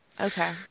Okay